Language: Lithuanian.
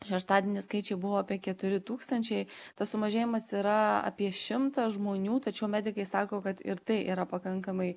šeštadienį skaičiai buvo apie keturi tūkstančiai tas sumažėjimas yra apie šimtą žmonių tačiau medikai sako kad ir tai yra pakankamai